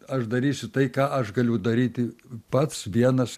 aš darysiu tai ką aš galiu daryti pats vienas